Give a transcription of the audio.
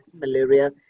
malaria